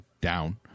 down